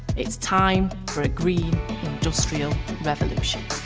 it is time for a green industrial revolution.